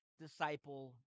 disciple